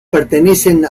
pertenecen